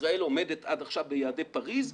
ישראל עומדת עד עכשיו ביעדי פריס.